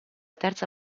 terza